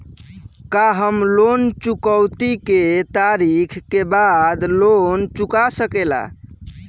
का हम लोन चुकौती के तारीख के बाद लोन चूका सकेला?